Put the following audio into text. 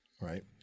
right